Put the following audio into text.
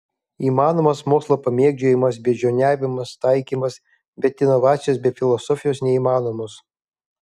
įmanomas mokslo pamėgdžiojimas beždžioniavimas taikymas bet inovacijos be filosofijos neįmanomos